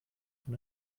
von